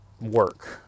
work